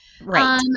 Right